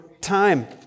time